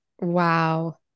wow